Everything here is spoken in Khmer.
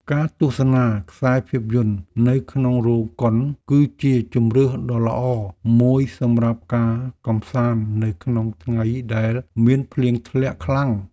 ការទស្សនាខ្សែភាពយន្តនៅក្នុងរោងកុន គឺជាជម្រើសដ៏ល្អមួយសម្រាប់ការកម្សាន្តនៅក្នុងថ្ងៃដែលមានភ្លៀងធ្លាក់ខ្លាំង។